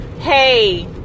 Hey